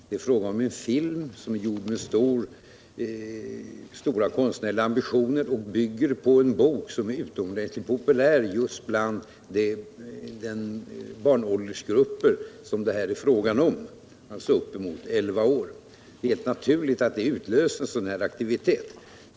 Det är fråga om en film som är gjord med stora konstnärliga ambitioner, och den bygger på en bok som är utomordentligt populär i de barnåldersgrupper som det här är fråga om, alltså uppemot 11 år. Det är helt naturligt att just den filmen aktualiserar åldersgränserna.